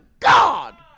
God